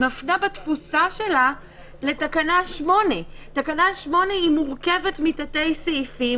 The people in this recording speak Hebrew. מפנה בתפוסה שלה לתקנה 8. תקנה 8 מורכבת מתתי סעיפים,